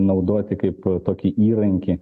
naudoti kaip tokį įrankį